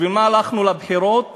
בשביל מה הלכנו לבחירות